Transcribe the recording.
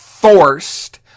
Forced